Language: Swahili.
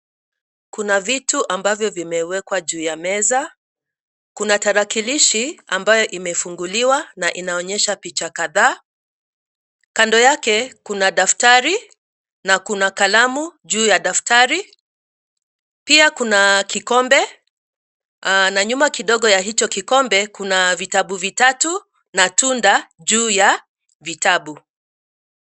Kuna vitu ambavyo vimewekwa juu ya meza. Kuna tarakilishi ambayo imefunguliwa na inaonyesha picha kadhaa. Kando yake kuna daftari na kuna kalamu juu ya daftari. Pia kuna kikombe na nyuma kidogo ya hicho kikombe kuna vitabu vitatu na tunda juu ya vitabu.